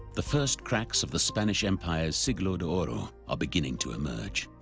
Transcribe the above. the first cracks of the spanish empire's siglo de oro are beginning to emerge,